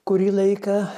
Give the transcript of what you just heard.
kurį laiką